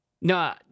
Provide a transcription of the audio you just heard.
No